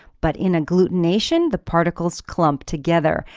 but in aggluntation the particles clump together.